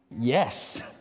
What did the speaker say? Yes